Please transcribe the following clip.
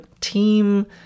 team